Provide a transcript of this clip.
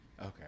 Okay